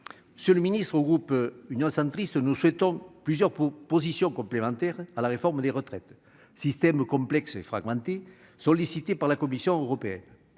Monsieur le ministre, au sein du groupe Union Centriste, nous soutenons plusieurs positions complémentaires à la réforme des retraites, système complexe et fragmenté, sollicitée par la Commission européenne.